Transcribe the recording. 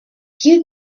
you